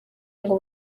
ngo